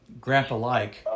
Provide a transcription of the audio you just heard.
Grandpa-like